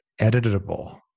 editable